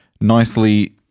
nicely